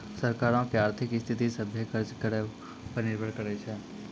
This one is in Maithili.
सरकारो के आर्थिक स्थिति, सभ्भे खर्च करो पे ही निर्भर करै छै